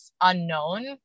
unknown